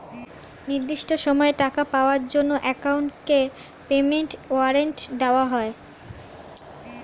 নির্দিষ্ট সময়ে টাকা পাওয়ার জন্য কাউকে পেমেন্ট ওয়ারেন্ট দেওয়া হয়